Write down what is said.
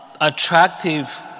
attractive